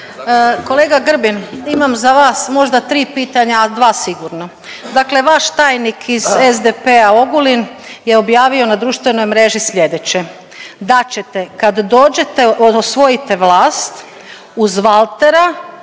Kolega Grbin imam za vas možda tri pitanja, a dva sigurno. Dakle, vaš tajnik iz SDP-a Ogulin je objavio na društvenoj mreži slijedeće, da ćete kad dođete, osvojite vlast uz Valtera